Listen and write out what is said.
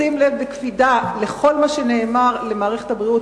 לשים לב בקפידה לכל מה שנאמר על מערכת הבריאות,